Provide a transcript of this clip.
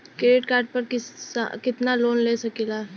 Credit card पर कितनालोन ले सकीला?